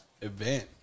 event